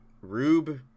Rube